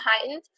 heightened